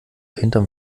hinterm